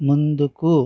ముందుకు